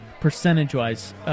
percentage-wise